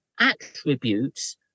attributes